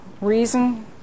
reason